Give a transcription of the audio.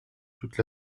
toute